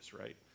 right